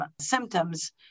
symptoms